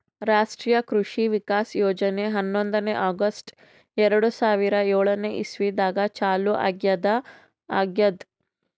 ರಾಷ್ಟ್ರೀಯ ಕೃಷಿ ವಿಕಾಸ್ ಯೋಜನೆ ಹನ್ನೊಂದನೇ ಆಗಸ್ಟ್ ಎರಡು ಸಾವಿರಾ ಏಳನೆ ಇಸ್ವಿದಾಗ ಚಾಲೂ ಆಗ್ಯಾದ ಆಗ್ಯದ್